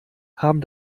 haben